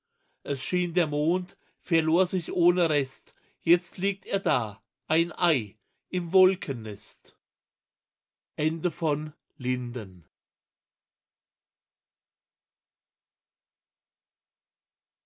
es schien der mond verlor sich ohne rest jetzt liegt er da ein ei im wolkennest